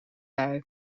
bui